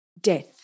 death